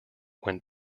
when